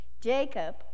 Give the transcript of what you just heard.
Jacob